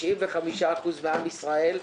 95% מעם ישראל,